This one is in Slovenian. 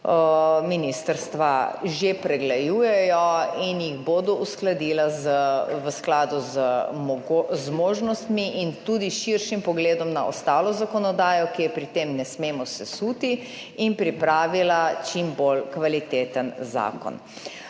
ministrstva že pregledujejo in jih bodo uskladila v skladu z zmožnostmi in tudi s širšim pogledom na ostalo zakonodajo, ki je pri tem ne smemo sesuti in pripravila čim bolj kvaliteten zakon.